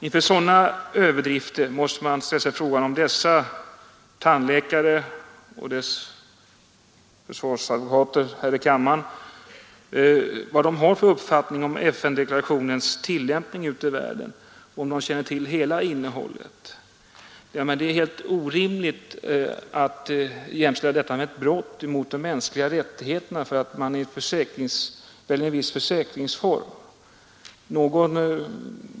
Inför sådana överdrifter måste man ställa sig frågan, vilken uppfattning dessa tandläkare och deras försvarsadvokater här i kammaren har om FN-deklarationens tillämpning ute i världen och huruvida de känner till hela innehållet. Det är ju helt orimligt att tala om brott mot de mänskliga rättigheterna därför att man väljer en viss försäkringsform.